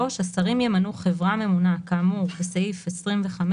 (3)השרים ימנו חברה ממונה כאמור בסעיף 25,